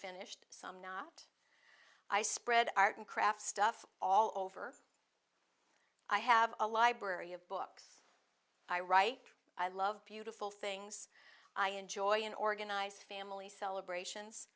finished some not i spread art and craft stuff all over i have a library of books i write i love beautiful things i enjoy an organized family celebrations